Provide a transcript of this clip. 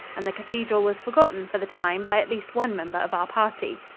and the cathedral was forgotten for the time by at least one member of our party.